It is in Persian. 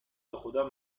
بخدا